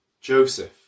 Joseph